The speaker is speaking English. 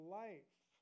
life